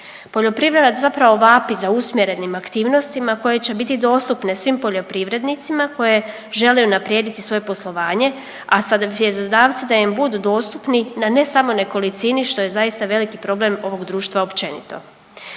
Poljoprivreda zapravo vapi za usmjerenim aktivnostima koje će biti dostupne svim poljoprivrednicima koje žele unaprijediti svoje poslovanje, a savjetodavci da im budu dostupni na ne samo nekolicini što je zaista veliki problem ovog društva općenito.